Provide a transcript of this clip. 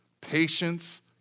patience